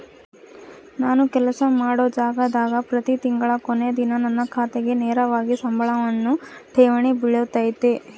ನಾನು ಕೆಲಸ ಮಾಡೊ ಜಾಗದಾಗ ಪ್ರತಿ ತಿಂಗಳ ಕೊನೆ ದಿನ ನನ್ನ ಖಾತೆಗೆ ನೇರವಾಗಿ ಸಂಬಳವನ್ನು ಠೇವಣಿ ಬಿಳುತತೆ